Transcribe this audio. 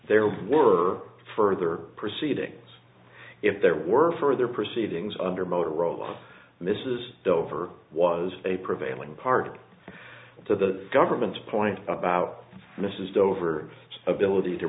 there were further proceedings if there were further proceedings under motorola mrs dover was a prevailing party to the government's point about mrs dover ability to